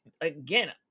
again